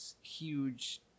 huge